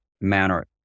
manner